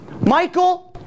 Michael